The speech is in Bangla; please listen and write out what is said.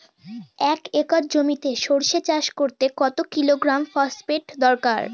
এক একর জমিতে সরষে চাষ করতে কত কিলোগ্রাম ফসফেট দরকার?